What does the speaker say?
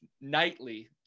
nightly